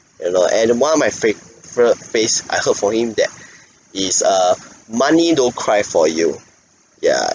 you know and one of my phrav~ phrer~ phrase I heard from him that is uh money don't cry for you ya